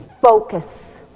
focus